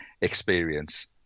experience